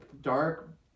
dark